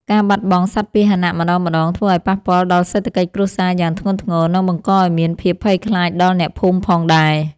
ការបាត់បង់សត្វពាហនៈម្តងៗធ្វើឱ្យប៉ះពាល់ដល់សេដ្ឋកិច្ចគ្រួសារយ៉ាងធ្ងន់ធ្ងរ និងបង្កឱ្យមានភាពភ័យខ្លាចដល់អ្នកភូមិផងដែរ។